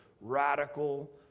radical